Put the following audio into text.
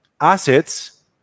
assets